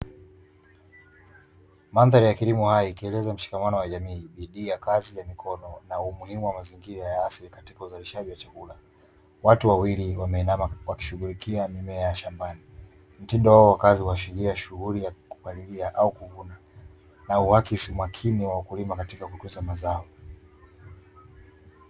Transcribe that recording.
Mandhari ya kilimo hai ikieleza mshikamano wa jamii, bidii ya kazi ya mikono na umuhimu wa mazingira ya asili katika uzalishaji wa chakula. Watu wawili wameinama wakishguhulikia mimea shambani, mtindo huu wa kazi huashiria shughuli ya kupalilia au kuvuna na uakisi umakini wa wakulima katika kukuza mazao.